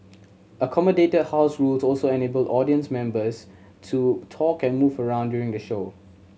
accommodated house rules also enabled audience members to talk and move around during the show